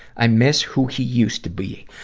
i miss who he used to be.